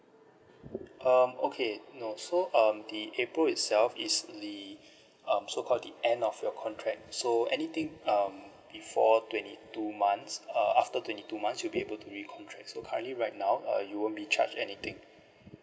um okay no so um the april itself is the um so called the end of your contract so anything um before twenty two months uh after twenty two months you'll be able to re-contract so currently right now uh you won't be charged anything